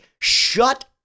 Shut